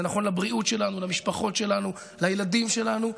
זה נכון לבריאות שלנו, למשפחות שלנו, לילדים שלנו.